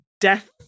death